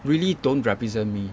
really don't represent me